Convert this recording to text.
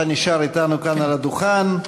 אתה נשאר אתנו כאן על הדוכן.